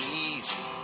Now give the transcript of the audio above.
easy